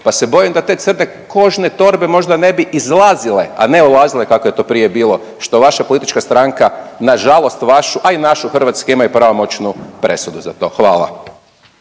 pa se bojim da te crne kožne torbe možda ne bi izlazile, a ne ulazile, kako je to prije bilo, što vaša politička stranka, na žalost vašu, a i našu, Hrvatske, ima i pravomoćnu presudu za to. Hvala.